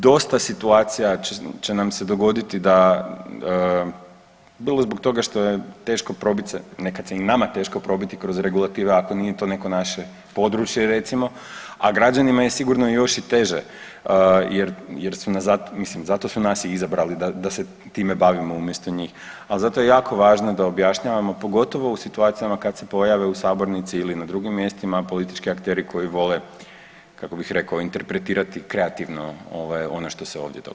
U dosta situacija će nam se dogoditi da, upravo zbog toga što je teško probit se, nekad se i nama teško probiti kroz regulative ako nije to neko naše područje recimo, a građanima je sigurno još i teže jer su nas zato, mislim zato su nas i izabrali da se time bavimo umjesto njih, ali zato je jako važno da objašnjavamo pogotovo u situacijama kad se pojave u sabornici ili na drugim mjestima politički akteri koji vole kako bih rekao interpretirati kreativno ovaj ono što se ovdje događa.